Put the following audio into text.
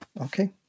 okay